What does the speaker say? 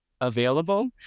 available